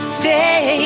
stay